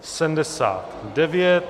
79.